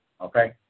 okay